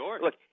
Look